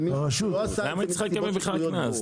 למה היא צריכה בכלל לקבל קנס?